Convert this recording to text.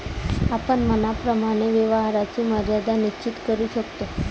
आपण मनाप्रमाणे व्यवहाराची मर्यादा निश्चित करू शकतो